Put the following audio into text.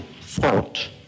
thought